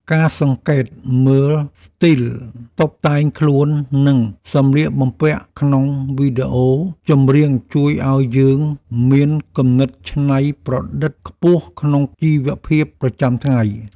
ការសង្កេតមើលស្ទីលតុបតែងខ្លួននិងសម្លៀកបំពាក់ក្នុងវីដេអូចម្រៀងជួយឱ្យយើងមានគំនិតច្នៃប្រឌិតខ្ពស់ក្នុងជីវភាពប្រចាំថ្ងៃ។